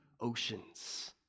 oceans